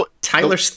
Tyler